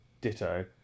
Ditto